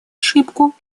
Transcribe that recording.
ошибку